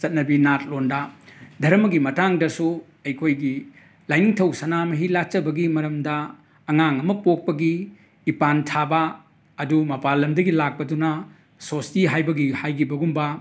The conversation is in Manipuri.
ꯆꯠꯅꯕꯤ ꯅꯥꯠ ꯂꯣꯟꯗ ꯙꯔꯃꯒꯤ ꯃꯇꯥꯡꯗꯁꯨ ꯑꯩꯈꯣꯏꯒꯤ ꯂꯥꯏꯅꯤꯡꯊꯧ ꯁꯅꯥꯃꯍꯤ ꯂꯥꯠꯆꯕꯒꯤ ꯃꯔꯝꯗ ꯑꯉꯥꯡ ꯑꯃ ꯄꯣꯛꯄꯒꯤ ꯏꯄꯥꯟ ꯊꯥꯕ ꯑꯗꯨ ꯃꯄꯥꯟ ꯂꯝꯗꯒꯤ ꯂꯥꯛꯄꯗꯨꯅ ꯁꯣꯁꯇꯤ ꯍꯥꯏꯕꯒꯤ ꯍꯥꯏꯈꯤꯕꯒꯨꯝꯕ